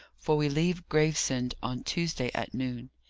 for we leave gravesend on tuesday at noon.